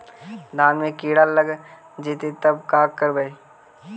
धान मे किड़ा लग जितै तब का करबइ?